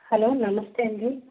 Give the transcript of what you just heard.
hello namaste అండీ